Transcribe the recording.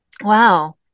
Wow